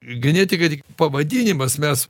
genetika tik pavadinimas mes